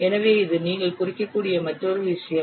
எனவே இது நீங்கள் குறிக்கக்கூடிய மற்றொரு விஷயம்